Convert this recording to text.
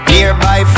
Nearby